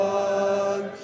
one